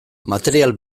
material